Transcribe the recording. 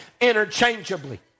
interchangeably